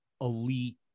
elite